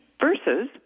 versus